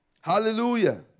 Hallelujah